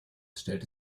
stellte